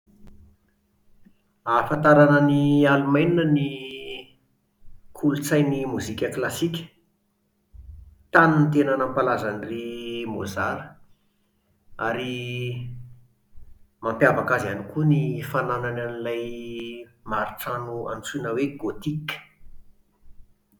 Ahafantarana an'i Alemaina ny kolontsain'ny mozika klasika. Tany no tena nampalaza an-dry Mozart, ary mampiavaka azy ihany koa ny fananany an'ilay maritrano antsoina hoe gothique.